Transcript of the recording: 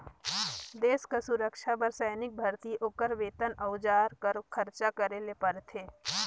देस कर सुरक्छा बर सैनिक भरती, ओकर बेतन, अउजार कर खरचा करे ले परथे